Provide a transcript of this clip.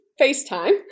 FaceTime